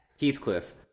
Heathcliff